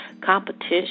competition